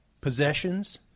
possessions